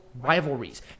rivalries